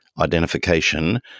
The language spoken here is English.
identification